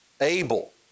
able